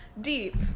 Deep